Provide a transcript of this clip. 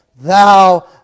Thou